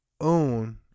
own